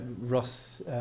Ross